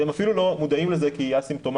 והם אפילו לא מודעים לזה כי היא א-סימפטומטית,